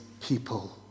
people